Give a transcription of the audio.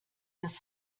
das